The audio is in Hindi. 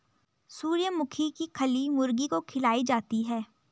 सूर्यमुखी की खली मुर्गी को खिलाई जाती है